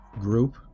group